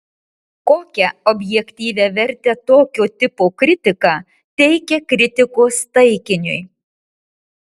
kokią objektyvią vertę tokio tipo kritika teikia kritikos taikiniui